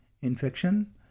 infection